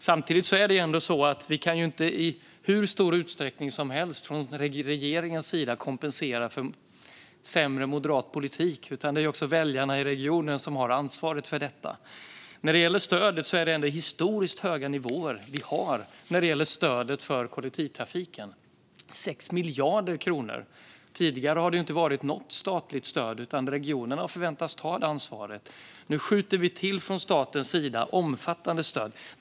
Samtidigt kan vi inte i hur stor utsträckning som helst från regeringens sida kompensera för sämre moderat politik, utan det är väljarna i regionen som har ansvar för detta. Vi har historiskt höga nivåer när det gäller stödet för kollektivtrafiken: 6 miljarder kronor. Tidigare har det inte funnits något statligt stöd, utan regionerna har förväntats ta detta ansvar. Nu skjuter vi till omfattande stöd från statens sida.